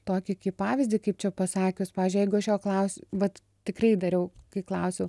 tokį kaip pavyzdį kaip čia pasakius pavyzdžiui jeigu aš jo klausiu vat tikrai dariau kai klausiau